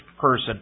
person